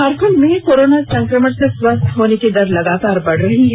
झारखंड में कोरोना संकमण से स्वस्थ होने की दर लगातार बढ़ रही है